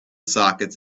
sockets